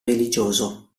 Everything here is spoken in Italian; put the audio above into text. religioso